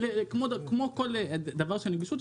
כמו כל דבר של נגישות,